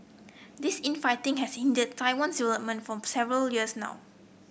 this infighting has hindered Taiwan's development for several years now